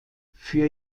für